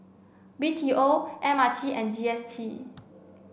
B T O M R T and G S T